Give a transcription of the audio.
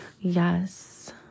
Yes